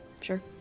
Sure